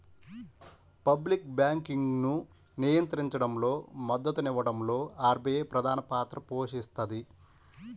public బ్యాంకింగ్ను నియంత్రించడంలో, మద్దతునివ్వడంలో ఆర్బీఐ ప్రధానపాత్ర పోషిస్తది